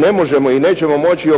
ne možemo i nećemo moći